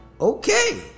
okay